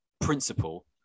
principle